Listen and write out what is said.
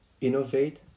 innovate